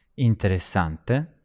Interessante